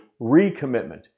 recommitment